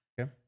Okay